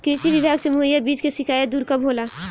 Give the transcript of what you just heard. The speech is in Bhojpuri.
कृषि विभाग से मुहैया बीज के शिकायत दुर कब होला?